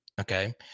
Okay